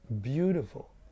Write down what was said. beautiful